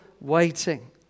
waiting